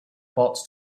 bots